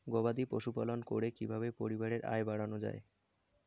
গবাদি পশু পালন করে কি কিভাবে পরিবারের আয় বাড়ানো যায়?